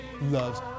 loves